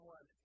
One